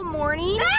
morning